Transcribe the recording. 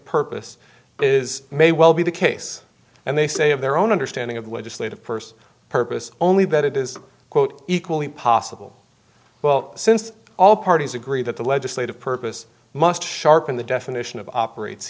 purpose is may well be the case and they say of their own understanding of legislative first purpose only that it is quote equally possible well since all parties agree that the legislative purpose must sharpen the definition of operates